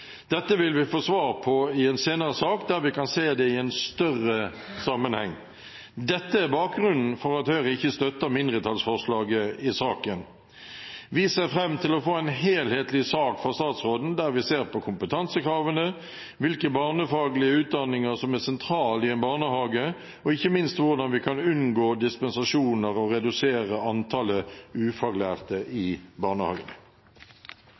Dette vil vi få svar på i en senere sak, der vi kan se det i en større sammenheng. Dette er bakgrunnen for at Høyre ikke støtter mindretallsforslaget i saken. Vi ser fram til å få en helhetlig sak fra statsråden, der vi ser på kompetansekravene, hvilke barnefaglige utdanninger som er sentrale i en barnehage, og ikke minst hvordan vi kan unngå dispensasjoner og redusere antallet ufaglærte i barnehagene.